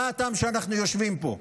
מה הטעם שאנחנו יושבים פה?